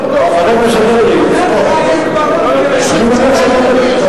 אחת ששר משיב, הוציאו לי כרטיס צהוב.